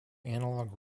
analogue